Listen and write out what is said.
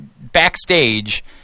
backstage